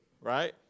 right